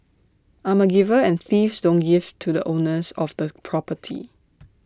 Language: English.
I'm A giver and thieves don't give to the owners of the property